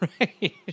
right